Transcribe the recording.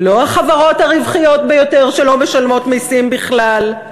לא החברות הרווחיות ביותר שלא משלמות מסים בכלל,